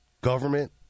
government